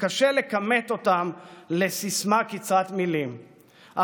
שקשה לכמת אותן לסיסמה קצרת מילים,